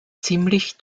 ziemlich